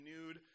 renewed